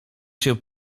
się